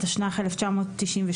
התשנ"ח-1998,